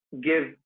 give